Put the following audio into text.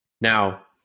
Now